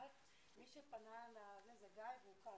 מי שפנה זה גיא והוא כאן.